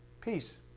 peace